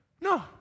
No